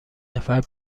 نفر